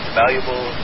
valuable